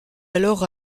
alors